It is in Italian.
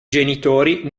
genitori